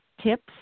tips